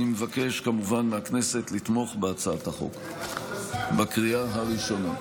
אני מבקש כמובן מהכנסת לתמוך בהצעת החוק בקריאה הראשונה.